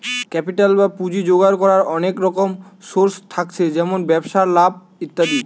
capital বা পুঁজি জোগাড় কোরার অনেক রকম সোর্স থাকছে যেমন ব্যবসায় লাভ ইত্যাদি